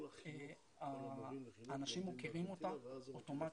האנשים מוקירים אותה אוטומטית,